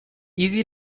easy